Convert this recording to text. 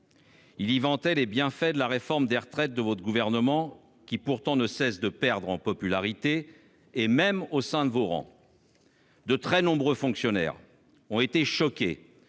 Il y vantait les bienfaits de la réforme des retraites de ce gouvernement, qui, pourtant, ne cesse de perdre en popularité, même en son sein. De très nombreux fonctionnaires ont été choqués